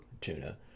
tuna